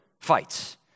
fights